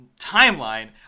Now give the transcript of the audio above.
timeline